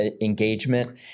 engagement